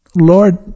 Lord